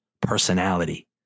personality